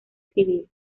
civil